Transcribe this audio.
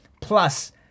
Plus